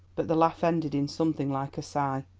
but the laugh ended in something like a sigh.